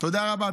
תודה רבה.